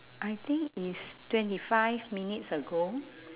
I think is twenty five minutes ago